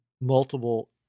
multiple